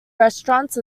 restaurants